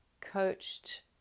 coached